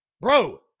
bro